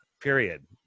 period